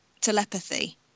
telepathy